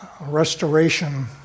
restoration